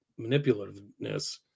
manipulativeness